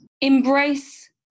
embrace